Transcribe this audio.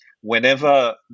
whenever